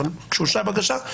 אבל כשהוגשה בקשה,